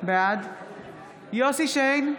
בעד יוסף שיין,